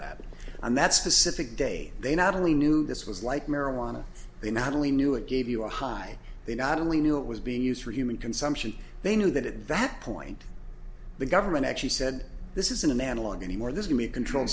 that and that's specific day they not only knew this was like marijuana they not only knew it gave you a high they not only knew it was being used for human consumption they knew that at that point the government actually said this isn't an analog anymore this can be a controlled